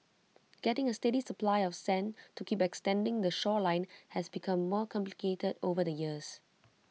getting A steady supply of sand to keep extending the shoreline has become more complicated over the years